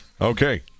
Okay